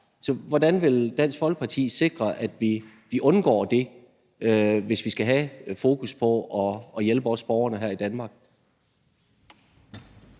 Så hvordan vil Dansk Folkeparti sikre, at vi undgår det, hvis vi skal have fokus på at hjælpe også borgerne her i Danmark?